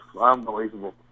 Unbelievable